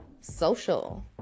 Social